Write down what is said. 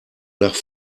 nach